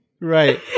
Right